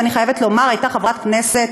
ואני חייבת לומר שהייתה חברת כנסת,